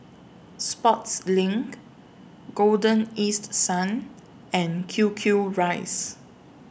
Sportslink Golden East Sun and Q Q Rice